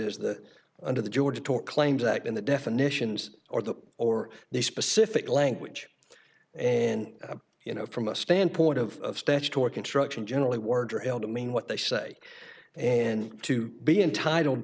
is that under the georgia tort claims act in the definitions or the or the specific language and you know from a standpoint of statutory construction generally words are held to mean what they say and to be entitled